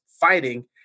fighting